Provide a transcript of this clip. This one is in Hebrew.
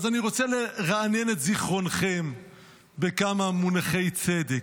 אני רוצה לרענן את זיכרונכם בכמה מונחי צדק.